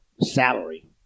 salary